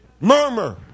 Murmur